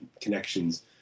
connections